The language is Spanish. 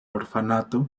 orfanato